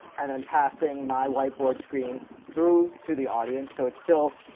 and then passing my whiteboard screen through to the audience. so it's still,